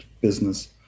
business